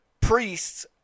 priests